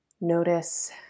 Notice